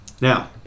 Now